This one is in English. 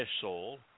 soul